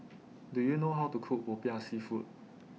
Do YOU know How to Cook Popiah Seafood